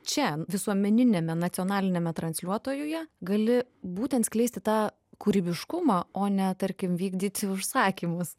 čia visuomeniniame nacionaliniame transliuotojuje gali būtent skleisti tą kūrybiškumą o ne tarkim vykdyti užsakymus